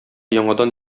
яңадан